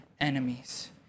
enemies